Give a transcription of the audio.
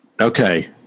Okay